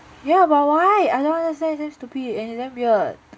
ya but why I dont understand it's damn stupid and it's damn weird